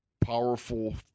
powerful